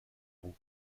roue